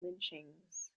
lynchings